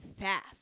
fast